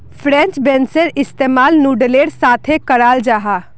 French बेंसेर इस्तेमाल नूडलेर साथे कराल जाहा